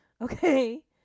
okay